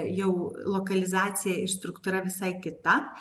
jau lokalizacija ir struktūra visai kita